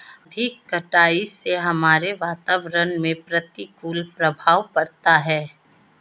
अधिक कटाई से हमारे वातावरण में प्रतिकूल प्रभाव पड़ता है